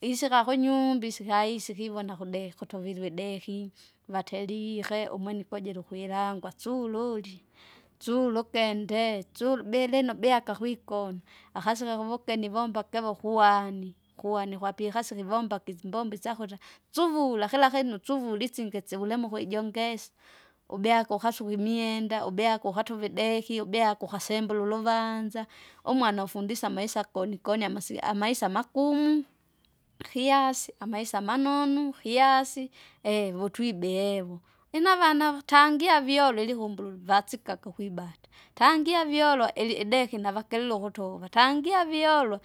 Isika kunyumba isikai isika ivona kudeka kutovirwe ideki, vaterihe umwene ikujira ukwilangwa tsululi, sulukende tsu- deleno beaka kwikona, akaseka kuvukeni vomba kivo kuwani, kuwani kwqapiha sihivomba ikizimbombo isyakuta. Suvula kila kinu suvuli isinge sivule mukujongesa, ubyaka ukasuke imyenda, ubyake, ubyake ukatuve ideki, ubyake ukasemmula uluvanza. Umwana afundisa amaisa akonikoni amasi- amaisa makumu! hiyasi amaisa manonu, hiasi eehe votwibihevo, lina avana avu- tangia vyolo ilkumbulu livasika kikwibata, tangia vyolwa ili- ideki navakililo ukutova tangia vyolwa,